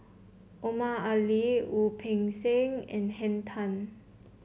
Omar Ali Wu Peng Seng and Henn Tan